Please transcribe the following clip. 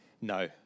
No